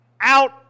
out